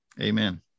Amen